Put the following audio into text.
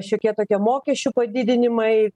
šiokie tokie mokesčių padidinimai